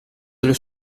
delle